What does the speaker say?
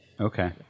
Okay